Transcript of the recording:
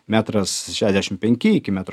metras šešiasdešim penki iki metro